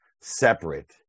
separate